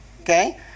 Okay